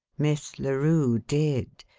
miss larue did,